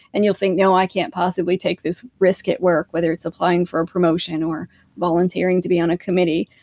and you'll think, no, i can't possibly take this risk at work, whether it's applying for a promotion or volunteering to be on a committee.